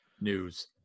news